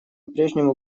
прежнему